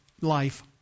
life